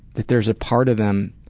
that there's a part of them